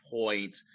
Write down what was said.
point